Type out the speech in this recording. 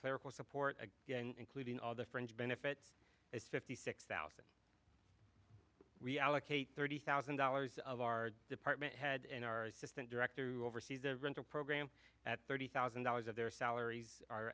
clerical support including all the fringe benefit the six thousand reallocate thirty thousand dollars of our department head and our assistant director who oversees the rental program at thirty thousand dollars of their salaries are